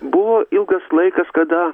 buvo ilgas laikas kada